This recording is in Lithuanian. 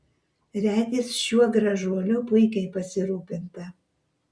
regis šiuo gražuoliu puikiai pasirūpinta